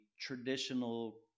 traditional